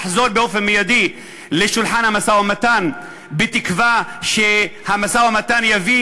לחזור באופן מיידי לשולחן המשא-ומתן בתקווה שהמשא-ומתן יביא